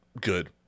Good